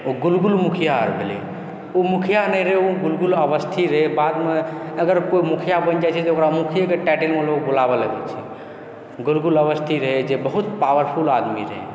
ओ गुल गुल मुखिया भेलै ओ गुल गुल मुखिया नहि रहै गुल गुल अवस्थी रहै बादमे अगर कोई मुखिया बनि जाइ छै तऽ ओकरा मुखियाके टाइटलमे लोग बुलावै लागै छै गुल गुल अवस्थी रहै जे बहुत पावरफुल आदमी रहै